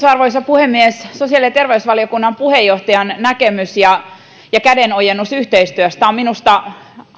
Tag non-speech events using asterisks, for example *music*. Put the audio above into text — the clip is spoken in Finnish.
*unintelligible* arvoisa puhemies sosiaali ja terveysvaliokunnan puheenjohtajan näkemys ja ja kädenojennus yhteistyöstä on minusta